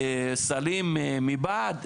סלים מבד.